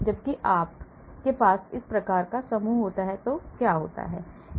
जबकि जब आपके पास इस प्रकार का समूह होता है तो क्या होता है